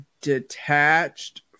detached